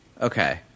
Okay